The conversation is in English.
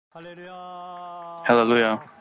Hallelujah